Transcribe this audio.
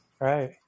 Right